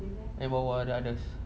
AdWords under others